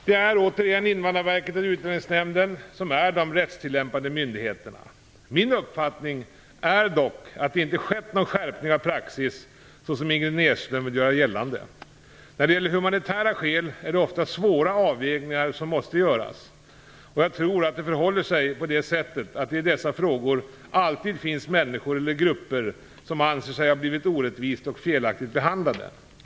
Det är återigen Invandrarverket och Utlänningsnämnden som är de rättstillämpande myndigheterna. Min uppfattning är dock att det inte skett någon skärpning av praxis såsom Ingrid Näslund vill göra gällande. När det gäller humanitära skäl är det ofta svåra avvägningar som måste göras, och jag tror att det förhåller sig på det sättet att det i dessa frågor alltid finns människor, eller grupper, som anser sig ha blivit orättvist och felaktigt behandlade.